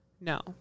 No